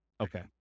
Okay